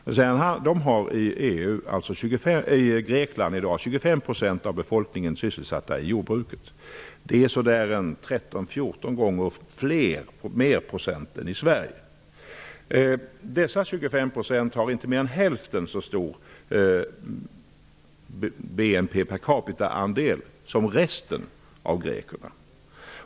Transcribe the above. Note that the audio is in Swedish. I Grekland har i dag 25 % av befolkningen sin sysselsättning i jordbruket. Detta tal är 13 à 14 procentenheter högre än i Sverige. Dessa 25 % av Greklands befolkning har mer än hälften så stor andel per capita av BNP som resten av grekerna.